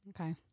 Okay